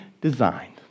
designed